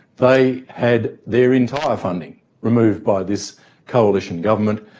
they had their entire funding removed by this coalition government.